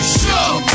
show